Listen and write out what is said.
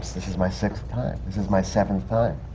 this this is my sixth time, this is my seventh time.